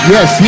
Yes